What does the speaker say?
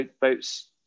boats